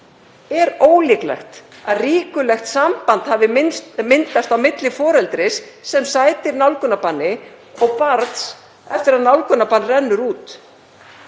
er ólíklegt að ríkulegt samband hafi myndast á milli foreldris sem sætir nálgunarbanni og barns eftir að nálgunarbann rennur út.